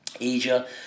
Asia